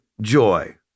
joy